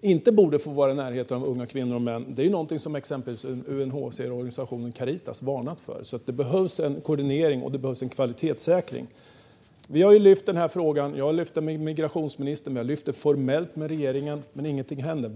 inte borde få vara i närheten av dem är något som exempelvis UNHCR och organisationen Caritas varnat för. Det behövs alltså en koordinering och en kvalitetssäkring. Vi har lyft denna fråga. Jag har lyft den med migrationsministern, och vi har lyft den formellt med regeringen. Men ingenting händer.